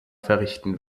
verrichten